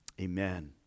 amen